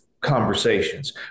conversations